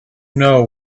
know